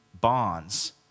bonds